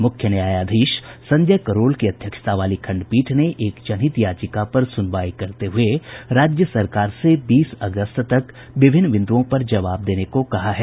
मुख्य न्यायाधीश संजय करोल की अध्यक्षता वाली खंडपीठ ने एक जनहित याचिका पर सुनवाई करते हुए राज्य सरकार से बीस अगस्त तक विभिन्न बिन्दुओं पर जवाब देने को कहा है